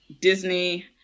disney